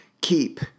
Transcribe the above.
keep